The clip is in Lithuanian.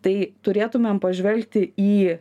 tai turėtumėm pažvelgti į